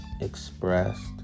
expressed